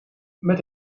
met